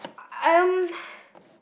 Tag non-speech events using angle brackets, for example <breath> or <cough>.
I I I'm <breath>